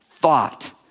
thought